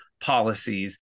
policies